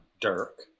Dirk